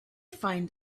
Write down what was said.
find